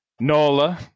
NOLA